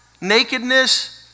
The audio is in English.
nakedness